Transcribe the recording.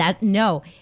No